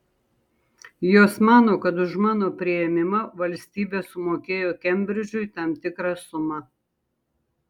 jos mano kad už mano priėmimą valstybė sumokėjo kembridžui tam tikrą sumą